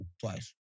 twice